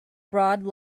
broad